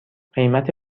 قیمت